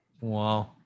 Wow